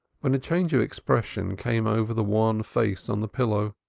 when a change of expression came over the wan face on the pillow.